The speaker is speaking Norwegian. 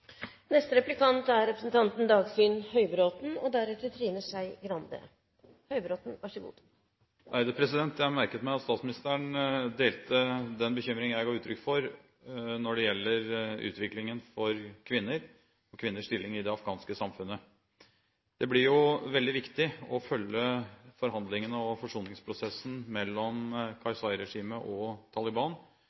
Jeg merket meg at statsministeren delte den bekymring jeg ga uttrykk for når det gjelder utviklingen for kvinner, og kvinners stilling, i det afghanske samfunnet. Det blir veldig viktig å følge forhandlingene og forsoningsprosessen mellom Karzai-regimet og Taliban